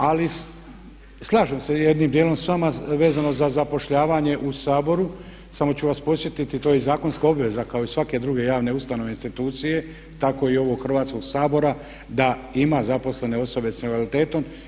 Ali slažem se jednim djelom s vama vezano za zapošljavanje u Saboru, samo ću vas podsjetiti, to je i zakonska obveza kao i svake druge javne ustanove, institucije, tako i ovog Hrvatskoga sabora da ima zaposlene osobe sa invaliditetom.